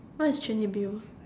what is Chernobyl